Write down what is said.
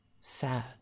Sad